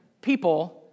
people